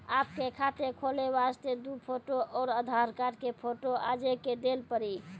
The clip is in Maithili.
आपके खाते खोले वास्ते दु फोटो और आधार कार्ड के फोटो आजे के देल पड़ी?